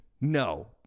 No